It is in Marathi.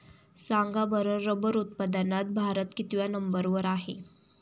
सांगा बरं रबर उत्पादनात भारत कितव्या नंबर वर आहे?